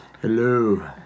Hello